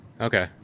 Okay